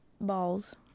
balls